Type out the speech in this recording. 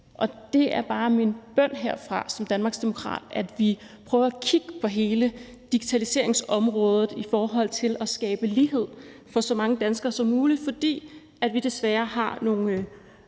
Det er bare min bøn herfra som danmarksdemokrat, at vi prøver at kigge på hele digitaliseringsområdet i forhold til at skabe lighed for så mange danskere som muligt, fordi vi desværre har nogle